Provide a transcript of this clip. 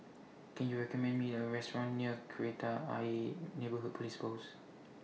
Can YOU recommend Me A Restaurant near Kreta Ayer Neighbourhood Police Post